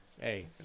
Hey